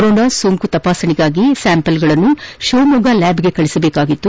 corona ಸೋಂಕು ತಪಾಸಣೆಗಾಗಿ ಸ್ವಾಂಪಲ್ಗಳನ್ನು ಶಿವಮೊಗ್ಗ ಲ್ಯಾಬ್ಗೆ ಕಳಸಬೇಕಾಗಿತ್ತು